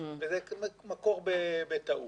ומקור הדבר בטעות.